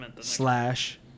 slash